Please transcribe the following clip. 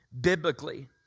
biblically